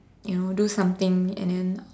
you know do something and then